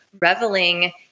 reveling